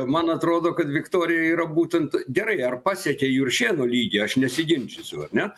man atrodo kad viktorija yra būtent gerai ar pasiekė juršėno lygį aš nesiginčysiu ar ne